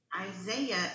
Isaiah